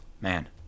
man